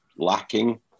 Lacking